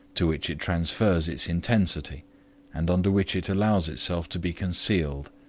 to which it transfers its intensity and under which it allows itself to be concealed.